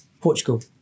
Portugal